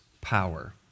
Power